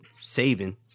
saving